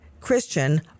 Christian